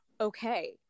okay